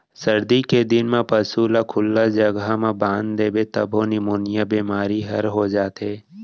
सरदी के दिन म पसू ल खुल्ला जघा म बांध देबे तभो निमोनिया बेमारी हर हो जाथे